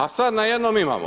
A sada najednom imamo.